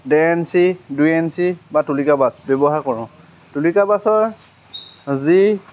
ডেৰ এনচি দুই এনচি বা তুলিকাব্ৰাছ ব্যৱহাৰ কৰোঁ তুলিকাব্ৰাছৰ যি